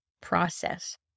process